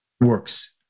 works